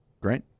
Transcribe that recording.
Great